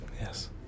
yes